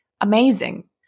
amazing